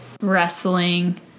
Wrestling